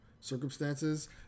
circumstances